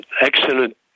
excellent